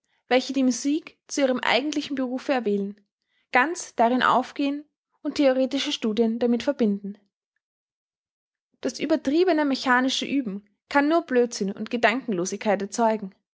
welche die musik zu ihrem eigentlichen berufe erwählen ganz darin aufgehen und theoretische studien damit verbinden das übertriebne mechanische ueben kann nur blödsinn und gedankenlosigkeit erzeugen